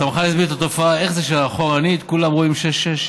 אתה מוכן להסביר לי את התופעה איך זה שאחורנית כולם רואים 6:6?